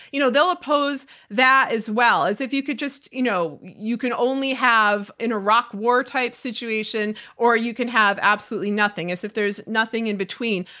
you know, they'll oppose that as well, as if you could just, you know you can can only have an iraq war-type situation or you can have absolutely nothing. as if there's nothing in between.